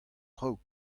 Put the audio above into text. traoù